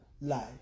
life